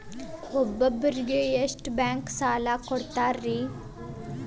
ಒಬ್ಬರಿಗೆ ಎಷ್ಟು ಬ್ಯಾಂಕ್ ಸಾಲ ಕೊಡ್ತಾರೆ?